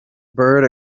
bird